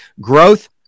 Growth